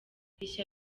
rishya